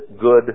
good